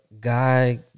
guy